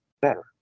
better